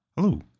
Hello